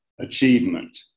achievement